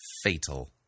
Fatal